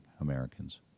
Americans